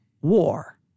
war